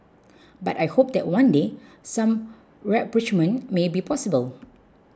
but I hope that one day some rapprochement may be possible